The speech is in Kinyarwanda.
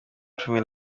cumi